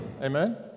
Amen